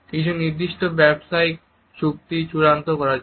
কিছু নির্দিষ্ট ব্যবসায়িক চুক্তি চূড়ান্ত করার জন্য